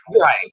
Right